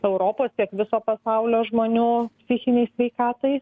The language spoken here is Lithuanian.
europos tiek viso pasaulio žmonių psichinei sveikatai